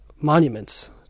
monuments